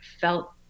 felt